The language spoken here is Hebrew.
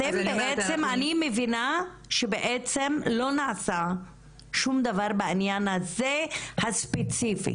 אני מבינה שלא נעשה שום דבר בעניין הספציפי